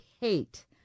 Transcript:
hate